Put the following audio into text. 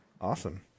Awesome